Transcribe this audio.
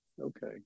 Okay